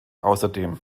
außerdem